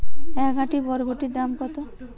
এক আঁটি বরবটির দাম কত?